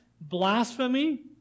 blasphemy